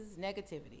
Negativity